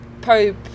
Pope